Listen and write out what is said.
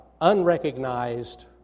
unrecognized